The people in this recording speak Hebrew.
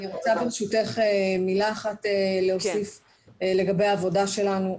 אני רוצה ברשותך מילה אחת להוסיף לגבי העבודה שלנו.